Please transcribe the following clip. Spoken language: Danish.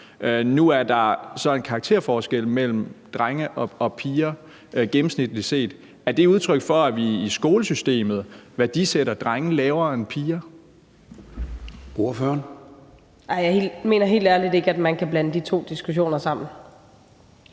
Nu er der så en karakterforskel mellem drenge og piger gennemsnitligt set. Er det udtryk for, at vi i skolesystemet værdisætter drenge lavere end piger? Kl. 14:06 Formanden (Søren Gade): Ordføreren.